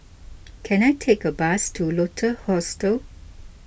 can I take a bus to Lotus Hostel